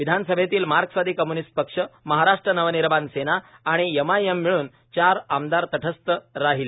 विधानसभेतील मार्क्सवादी कम्यूनिस्ट पक्ष महारा ट्र नवनिर्माण सेना आणि एमआयएम मिळून चार आमदार तटस्थ राहिले